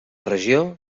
regió